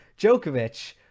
Djokovic